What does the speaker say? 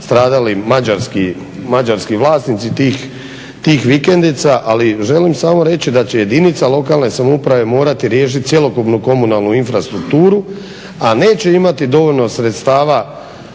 stradali mađarski vlasnici tih vikendica. Ali želim samo reći da će jedinica lokalne samouprave morati riješiti cjelokupnu komunalnu infrastrukturu, a neće imati dovoljno sredstava